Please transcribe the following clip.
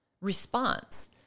response